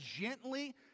gently